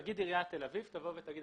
נגיד שעיריית תל אביב תבוא ותגיד: